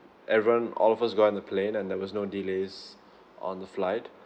everyone all of us got on the plane and there was no delays on the flight